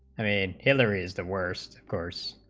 i mean hillary is the worst course